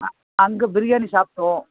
ஆ அங்கே பிரியாணி சாப்பிட்டோம்